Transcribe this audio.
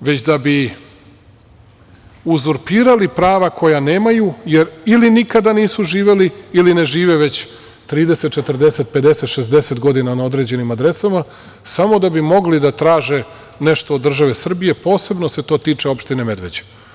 već da bi i uzurpirali prava koja nemaju, jer ili nikada nisu živeli, ili ne žive već 30, 40, 50, 60 godina na određenim adresama, samo da bi mogli da traže nešto od države Srbije, posebno se to tiče opštine Medveđe.